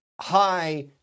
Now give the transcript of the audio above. high